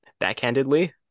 backhandedly